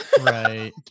Right